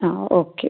ആ ഓക്കെ